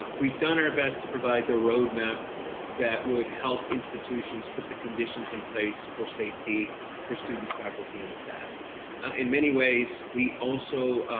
we've done our best to provide the roadmap that would help institutions, put the conditions in place for safety for students, faculty and staff in many ways. we also